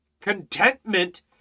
contentment